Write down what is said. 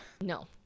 No